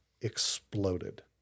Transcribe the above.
exploded